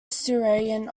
silurian